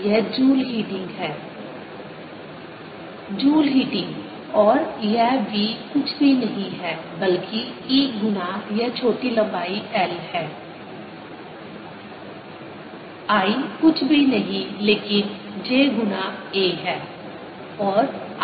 यह joule heating है joule heating और यह v कुछ भी नहीं है बल्कि E गुना यह छोटी लंबाई l है I कुछ भी नहीं लेकिन j गुना a है